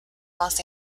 los